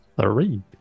Three